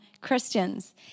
Christians